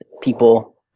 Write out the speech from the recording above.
people